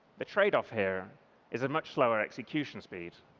the tradeoff here is a much lower execution speed.